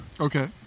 Okay